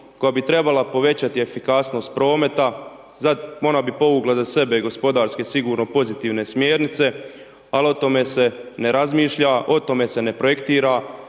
koja bi treba povećati efikasnost prometa za, ona bi povukla za sebe gospodarski sigurno pozitivne smjernice, al o tome se razmišlja o tome se projektira,